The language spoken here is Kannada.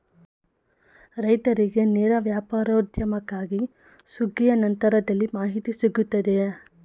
ರೈತರಿಗೆ ನೇರ ವ್ಯಾಪಾರೋದ್ಯಮಕ್ಕಾಗಿ ಸುಗ್ಗಿಯ ನಂತರದಲ್ಲಿ ಮಾಹಿತಿ ಸಿಗುತ್ತದೆಯೇ?